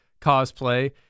cosplay